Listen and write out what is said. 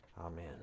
Amen